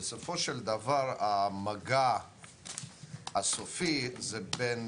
בסופו של דבר המגע הסופי זה בין